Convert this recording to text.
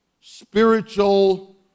spiritual